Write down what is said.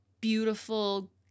beautiful